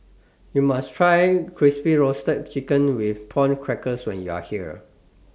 YOU must Try Crispy Roasted Chicken with Prawn Crackers when YOU Are here